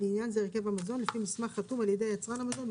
לעניין זה הרכב המזון לפי סעיף מסמך חתום על ידי יצרן המזון,